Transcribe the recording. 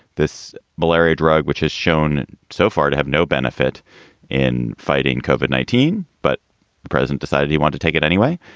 this malaria drug, which has shown so far to have no benefit in fighting cauvin, nineteen. but the president decided he want to take it anyway.